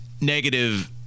negative